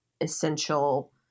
essential